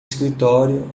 escritório